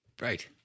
Right